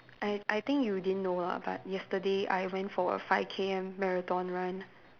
I I think you didn't know lah but yesterday I went for a five K_M marathon run